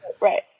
Right